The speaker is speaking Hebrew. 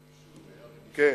כן.